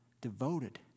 devoted